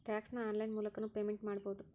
tax ನ online ಮೂಲಕನೂ payment ಮಾಡಬೌದು